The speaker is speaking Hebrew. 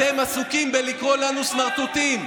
אתם עסוקים בלקרוא לנו "סמרטוטים".